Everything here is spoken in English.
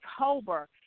October